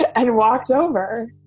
ah and walked over.